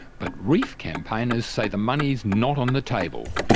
but reef campaigners say the money is not on the table,